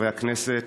חברי הכנסת,